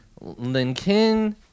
Lincoln